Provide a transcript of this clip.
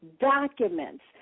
documents